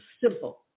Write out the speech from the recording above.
simple